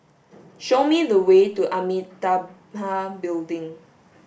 show me the way to Amitabha Building